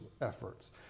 efforts